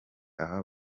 aha